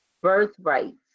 birthrights